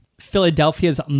Philadelphia's